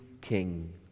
king